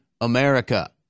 America